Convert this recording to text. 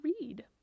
read